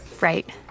Right